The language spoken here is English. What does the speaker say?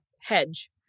hedge